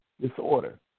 disorder